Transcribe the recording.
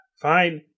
Fine